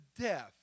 death